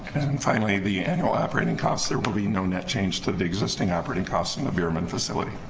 and finally the annual operating costs there will be no net change to the existing operating costs in the beermen facility